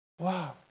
Wow